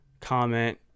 comment